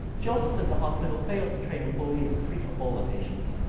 she also says the hospital failed to train employees to treat ebola patients.